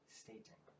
stating